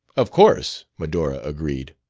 of course, medora agreed.